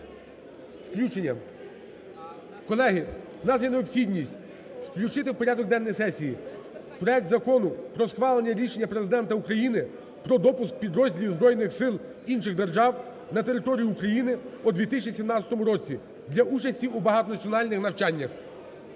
Включення. Колеги, у нас є необхідність включити в порядок денний сесії проект Закону про схвалення рішення Президента України про допуск підрозділів збройних сил інших держав на територію України у 2017 році для участі у багатонаціональних навчаннях.